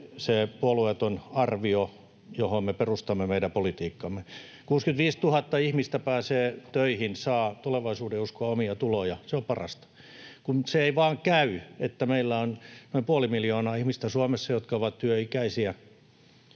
se puolueeton arvio, johon me perustamme meidän politiikkamme. — 65 000 ihmistä pääsee töihin, saa tulevaisuudenuskoa ja omia tuloja. Se on parasta. Se ei vain käy, että meillä on Suomessa noin puoli miljoonaa ihmistä työelämän ulkopuolella, jotka ovat työikäisiä